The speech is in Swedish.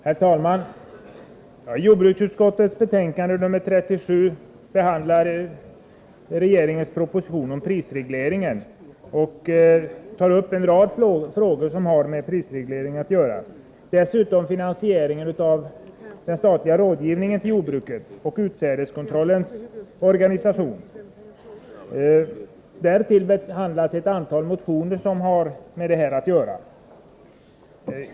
Herr talman! Jordbruksutskottets betänkande nr 37 behandlar regeringens proposition om jordbruksprisregleringen och tar upp en rad frågor som har med prisregleringen att göra. Dessutom behandlas finansieringen av den statliga rådgivningen till jordbruket och utsädeskontrollens organisation. Därtill behandlas ett antal motioner som väckts i ämnet.